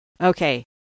Okay